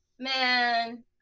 Man